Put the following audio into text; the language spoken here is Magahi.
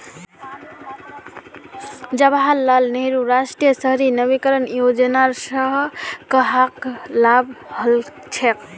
जवाहर लाल नेहरूर राष्ट्रीय शहरी नवीकरण योजनार स कहाक लाभ हछेक